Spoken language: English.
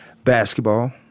Basketball